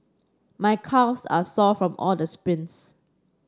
my calves are sore from all the sprints